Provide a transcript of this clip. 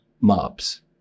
mobs